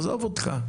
עזוב אותך.